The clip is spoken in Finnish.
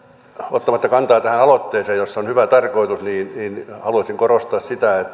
ottamatta kantaa tähän aloitteeseen jossa on hyvä tarkoitus haluaisin korostaa sitä